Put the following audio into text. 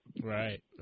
Right